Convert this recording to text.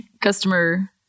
customer